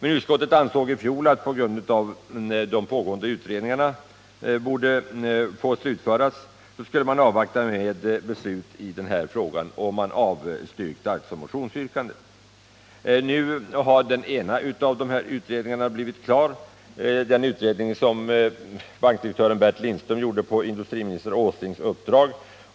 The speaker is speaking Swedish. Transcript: I fjol ansåg utskottet att de pågående utredningarna borde få slutföras och att man skulle avvakta med beslut i frågan. Utskottet avstyrkte därför motionsyrkandet. Nu har den ena av dessa utredningar blivit klar, den utredning som bankdirektör Bert Lindström har gjort på förre industriministern Åslings uppdrag.